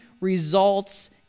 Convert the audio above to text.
results